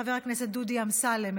חבר הכנסת דודי אמסלם,